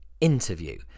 interview